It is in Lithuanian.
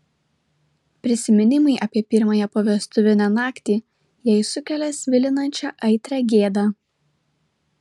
prisiminimai apie pirmąją povestuvinę naktį jai sukelia svilinančią aitrią gėdą